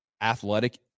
athletic